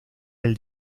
del